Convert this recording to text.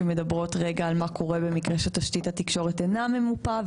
שמדברות על מה קורה במקרה שתשתית התקשורת אינה ממופה,